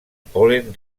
pol·len